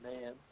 man